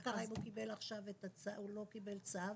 מה קרה אם הוא לא קיבל צו